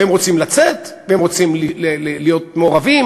והם רוצים לצאת והם רוצים להיות מעורבים.